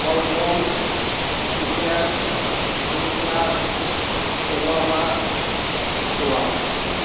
Kulgam Shopian Anantnag Pulwama Kishtwar